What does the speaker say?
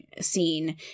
scene